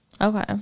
Okay